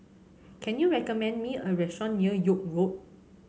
can you recommend me a restaurant near York Road